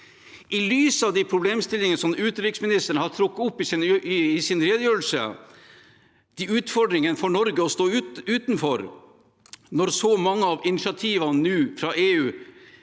I lys av de problemstillingene som utenriksministeren har trukket opp i sin redegjørelse, de utfordringene det er for Norge ved å stå utenfor når så mange av initiativene nå fra EU